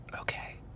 Okay